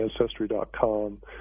ancestry.com